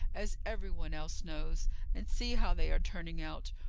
as every one else knows and see how they are turning out!